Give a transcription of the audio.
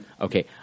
Okay